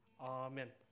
Amen